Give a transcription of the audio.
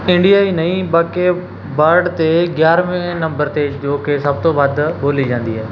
India ਹੀ ਨਹੀਂ ਬਲਕਿ ਵਰਡ 'ਤੇ ਗਿਆਰਵੇਂ ਨੰਬਰ 'ਤੇ ਜੋ ਕਿ ਸਭ ਤੋਂ ਵੱਧ ਬੋਲੀ ਜਾਂਦੀ ਹੈ